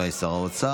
אולי בשם שר האוצר?